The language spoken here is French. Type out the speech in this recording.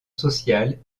sociale